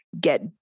get